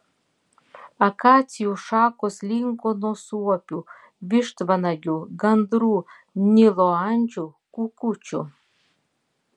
akacijų šakos linko nuo suopių vištvanagių gandrų nilo ančių kukučių